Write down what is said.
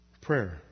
Prayer